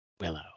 Willow